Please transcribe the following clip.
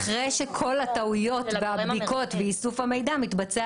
אחרי שכל הטעויות והבדיקות ואיסוף המידע מתבצע